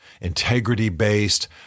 integrity-based